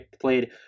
played